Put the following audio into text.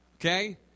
Okay